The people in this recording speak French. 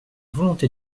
volonté